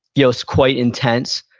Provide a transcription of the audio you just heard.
you know so quite intense.